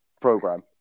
program